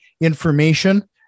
information